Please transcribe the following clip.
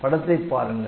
படத்தைப் பாருங்கள்